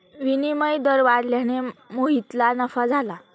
विनिमय दर वाढल्याने मोहितला नफा झाला